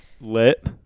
Lit